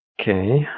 okay